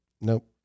Nope